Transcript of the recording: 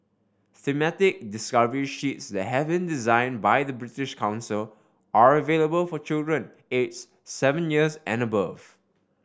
thematic discovery sheets that having design by the British Council are available for children ages seven years and above